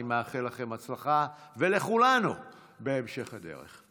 אני מאחל לכם ולכולנו הצלחה בהמשך הדרך.